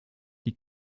die